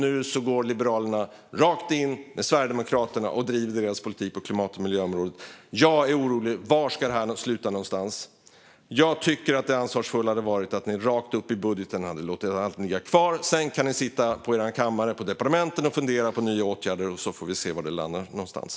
Nu går Liberalerna rakt in med Sverigedemokraterna och driver deras politik på klimat och miljöområdet. Jag är orolig. Var ska det sluta någonstans? Det hade varit ansvarsfullare att ni rakt upp i budgeten hade låtit allting ligga kvar. Sedan kan ni sitta på er kammare på departementen och fundera på nya åtgärder, och så får vi se var det landar någonstans.